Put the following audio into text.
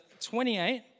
28